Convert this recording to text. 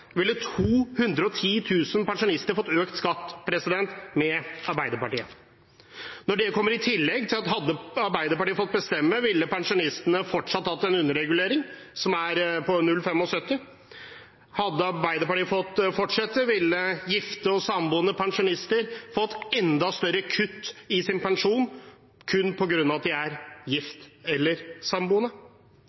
ville 210 000 pensjonister fått økt skatt. Hadde Arbeiderpartiet fått bestemme, ville pensjonistene fortsatt hatt en underregulering, som er på 0,75. Hadde Arbeiderpartiet fått fortsette, ville gifte og samboende pensjonister fått enda større kutt i sin pensjon, kun på grunn av at de er gift eller samboende.